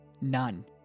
None